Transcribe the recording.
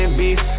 beef